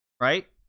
Right